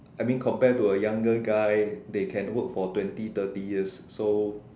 I mean compare to a younger guy they can work for twenty thirty years so